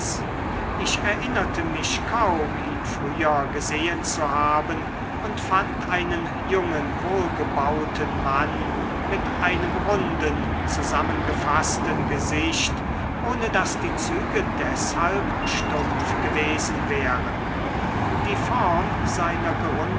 ich erinnerte mich kaum ihn früher gesehen zu haben und fand einen jungen wohlgebauten mann mit einem runden zusammengefaßten gesicht ohne daß die züge deshalb stumpf gewesen wären die form seiner